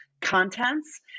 contents